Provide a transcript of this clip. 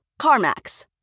CarMax